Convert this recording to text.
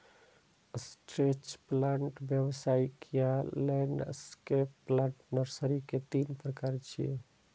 stretch plant, व्यावसायिक आ landscape plant nursery के तीन प्रकार छियै